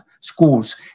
schools